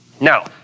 Now